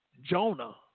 Jonah